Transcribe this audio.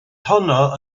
honno